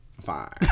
Fine